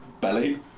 belly